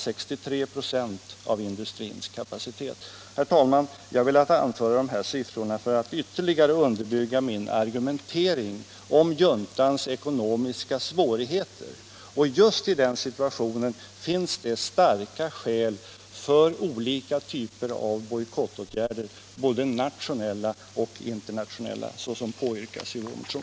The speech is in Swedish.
Jag har velat anföra dessa siffror för att ytterligare underbygga min argumentering om juntans ekonomiska svårigheter. Just i den situationen finns det starka skäl för olika typer av bojkottåtgärder, både nationella och internationella, såsom påyrkas i vår motion.